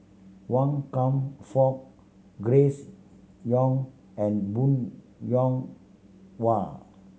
Wan Kam Fook Grace Young and Bong Hiong Hwa